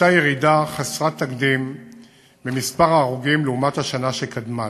הייתה ירידה חסרת תקדים במספר ההרוגים לעומת השנה שקדמה לה.